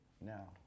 Now